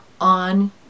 on